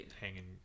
hanging